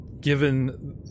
given